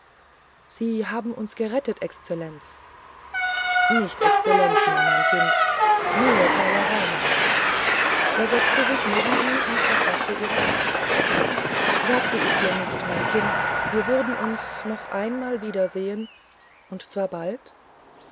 sie haben uns gerettet exzellenz nicht exzellenz mehr mein kind nur kala rama er setzte sich neben sie und erfaßte ihre hand sagte ich dir nicht mein kind wir würden uns noch einmal wiedersehen und zwar bald